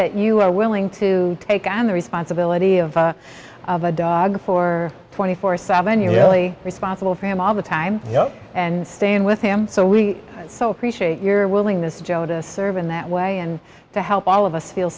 that you are willing to take on the responsibility of a dog for twenty four seven you really responsible for him all the time and staying with him so we so appreciate your willingness to to serve in that way and to help all of us feel